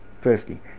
firstly